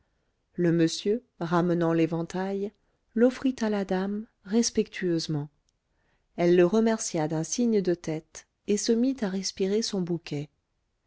le monsieur ramenant l'éventail l'offrit à la dame respectueusement elle le remercia d'un signe de tête et se mit à respirer son bouquet